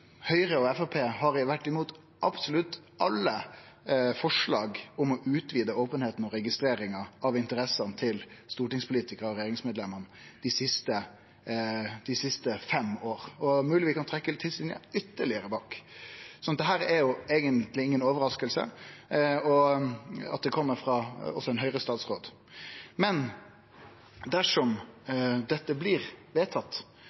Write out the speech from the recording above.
Høgre og Framstegspartiet har vore mot absolutt alle forslag om å utvide openheita og registreringa av interessene til stortingspolitikarar og regjeringsmedlemer dei siste fem åra, og det er mogleg at vi kan trekkje tidslinja ytterlegare bakover. Så det er eigentleg inga overrasking at dette kjem også frå ein Høgre-statsråd. Men dersom dette blir vedtatt,